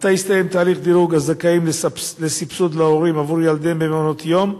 מתי יסתיים תהליך דירוג הזכאים לסבסוד להורים עבור ילדיהם במעונות יום?